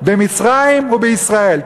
במצרים ובישראל.